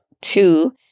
Two